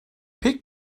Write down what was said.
pek